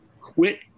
quit